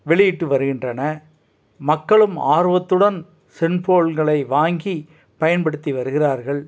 வெளியிட்டு வருகின்றன மக்களும் ஆர்வத்துடன் செல்ஃபோல்களை வாங்கி பயன்படுத்தி வருகிறார்கள்